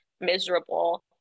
miserable